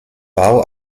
bau